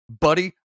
buddy